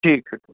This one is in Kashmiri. ٹھیٖک چھُ